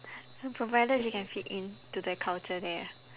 provided she can fit in to the culture there ah